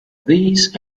these